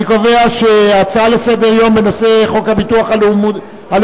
אני קובע שההצעה לסדר-היום בנושא חוק הביטוח הלאומי,